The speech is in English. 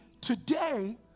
today